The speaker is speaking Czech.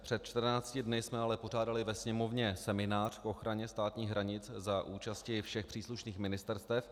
Před 14 dny jsme ale pořádali ve Sněmovně seminář k ochraně státních hranic za účasti všech příslušných ministerstev.